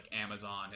amazon